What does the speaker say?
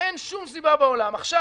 אין שום סיבה בעולם עכשיו,